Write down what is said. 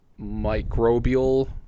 microbial